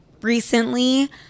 recently